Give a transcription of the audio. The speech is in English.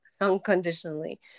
unconditionally